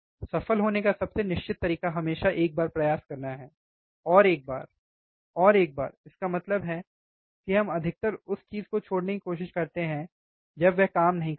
सफल होने का सबसे निश्चित तरीका हमेशा एक बार प्रयास करना है और एक और बार इसका मतलब है कि हम अधिकतर उस चीज को छोड़ने की कोशिश करते हैं जब व ह काम नहीं करता है